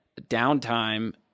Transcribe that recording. downtime